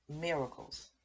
miracles